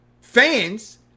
fans